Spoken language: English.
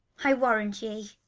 i warrant ye.